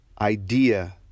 idea